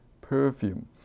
perfume